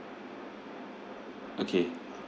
okay